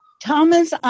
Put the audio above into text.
Thomas